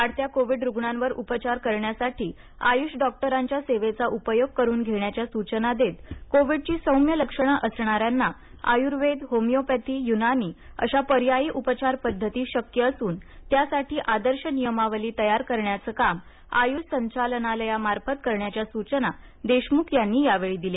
वाढत्या कोविड रुग्णांवर उपचार करण्यासाठी आयुष डॉक्टरांच्या सेवेचा उपयोग करून घेण्याच्या सूचना देत कोविडची सौम्य लक्षणे असणाऱ्यांना आयूर्वेद होमिओपॅथी य्नानी अशा पर्यायी उपचार पद्धती शक्य असून त्यासाठी आदर्श नियमावली तयार करण्याचे काम आय्ष संचालनालयामार्फत करण्याच्या सूचना देशमुख यांनी यावेळी दिल्या